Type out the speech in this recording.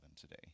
today